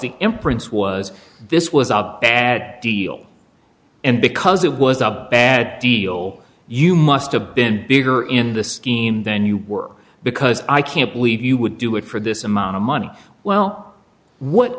imprints was this was a bad deal and because it was a bad deal you must have been bigger in the scheme then you were because i can't believe you would do it for this amount of money well what